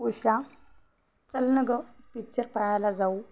उषा चल ना गं पिच्चर पाहायला जाऊ